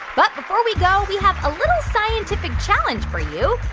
but before we go, we have a scientific challenge for you.